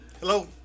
Hello